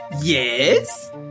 Yes